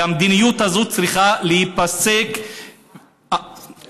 והמדיניות הזו צריכה להיפסק לאלתר.